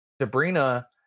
Sabrina